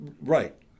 Right